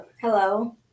Hello